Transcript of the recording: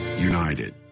united